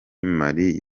mali